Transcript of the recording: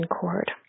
cord